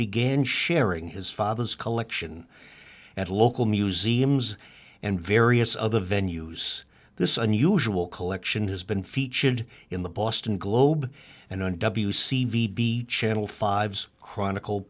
began sharing his father's collection at a local museums and various other venues this unusual collection has been featured in the boston globe and on channel five chronicle